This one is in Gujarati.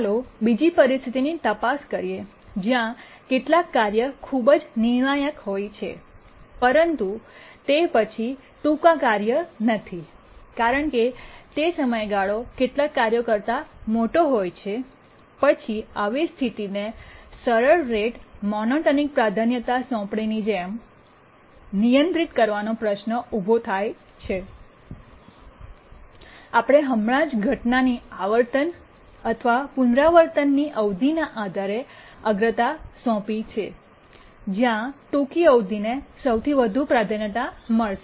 ચાલો બીજી પરિસ્થિતિની તપાસ કરીએ જ્યાં કેટલાક કાર્ય ખૂબ જ નિર્ણાયક હોય છે પરંતુ તે પછી ટૂંકા કાર્ય નથી કારણ કે તે સમયગાળો કેટલાક કાર્યો કરતા મોટો હોય છે પછી આવી સ્થિતિને સરળ રેટ મોનોટોનિક પ્રાધાન્યતા સોંપણી ની જેમ નિયંત્રિત કરવાનો પ્રશ્ન ઊભો થાય છેઆપણે હમણાં જ ઘટનાની આવર્તન અથવા પુનરાવર્તનની અવધિના આધારે અગ્રતા સોંપી છે જ્યાં ટૂંકી અવધિને સૌથી વધુ પ્રાધાન્યતા મળશે